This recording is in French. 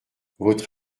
votre